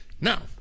Now